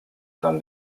from